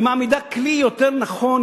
היא מעמידה כלי יותר נכון,